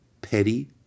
petty